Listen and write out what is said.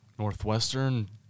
Northwestern